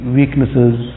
weaknesses